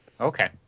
Okay